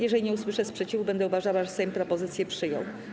Jeżeli nie usłyszę sprzeciwu, będę uważała, że Sejm propozycję przyjął.